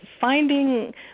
finding